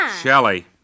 Shelly